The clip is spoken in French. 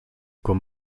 comme